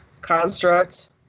construct